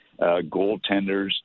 goaltenders